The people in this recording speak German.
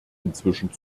inzwischen